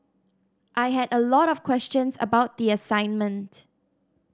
I had a lot of questions about the assignment